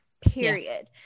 period